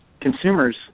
consumers